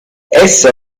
essa